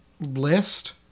list